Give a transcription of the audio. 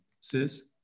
sis